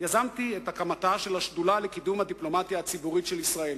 יזמתי את הקמת השדולה לקידום הדיפלומטיה הציבורית של ישראל,